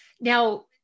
Now